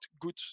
good